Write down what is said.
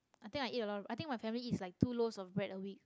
I think I eat a lot I think my family eats like two loafs of bread a week